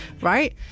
right